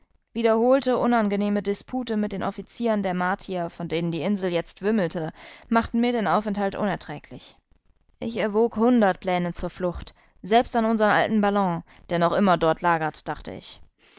wiederholte unangenehme dispute mit den offizieren der martier von denen die insel jetzt wimmelte machten mir den aufenthalt unerträglich ich erwog hundert pläne zur flucht selbst an unsern alten ballon der noch immer dort lagert dachte ich